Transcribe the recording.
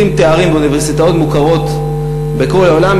עושים תארים באוניברסיטאות מוכרות בכל העולם,